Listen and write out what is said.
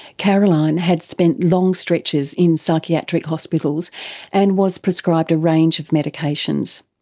caroline had spent long stretches in psychiatric hospitals and was prescribed a range of medications.